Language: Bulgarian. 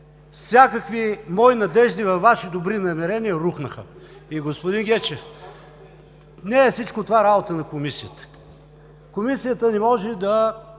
всякакви мои надежди във Вашите добри намерения рухнаха. Господин Гечев, не всичко е работа на Комисията. Комисията не може да